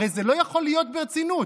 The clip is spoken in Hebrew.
הרי זה לא יכול להיות ברצינות.